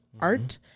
art